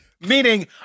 Meaning